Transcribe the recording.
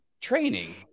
training